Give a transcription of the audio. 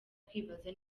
kwibaza